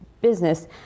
business